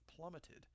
plummeted